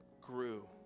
grew